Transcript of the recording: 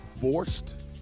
forced